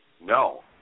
no